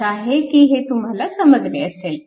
आशा आहे की हे तुम्हाला समजले असेल